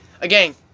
again